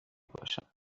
باشند